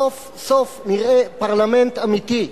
סוף-סוף נראה פרלמנט אמיתי,